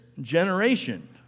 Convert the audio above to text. generation